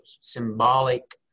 symbolic